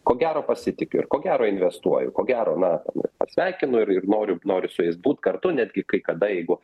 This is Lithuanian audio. ko gero pasitikiu ir ko gero investuoju ko gero na ten ir pasveikinu ir ir noriu noriu su jais būt kartu netgi kai kada jeigu